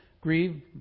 grieve